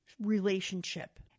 relationship